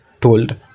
told